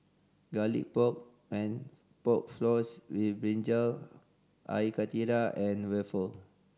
Garlic Pork and Pork Floss with brinjal Air Karthira and waffle